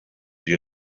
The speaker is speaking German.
die